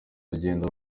rugendo